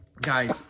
Guys